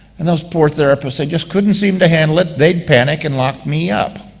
and those poor therapists, they just couldn't seem to handle it they'd panic and lock me up.